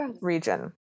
region